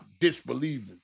disbelieving